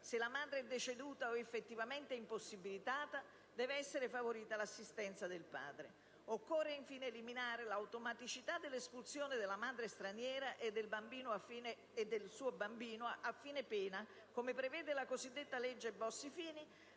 Se la madre è deceduta o effettivamente impossibilitata, deve essere favorita l'assistenza del padre. Occorre infine eliminare l'automaticità dell'espulsione della madre straniera e del suo bambino a fine pena, come prevede la cosiddetta legge Bossi-Fini,